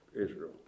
Israel